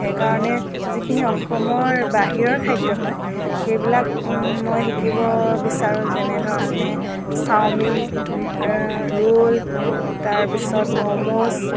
সেইকাৰণে যিখিনি অসমৰ বাহিৰৰ খাদ্য় হয় সেইবিলাক মই শিকিব বিচাৰোঁ যেনেধৰণে চাও মিন ৰ'ল তাৰ পিছত ম'ম'চ